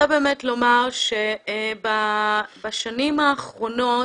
אני באמת רוצה לומר שבשנים האחרונות,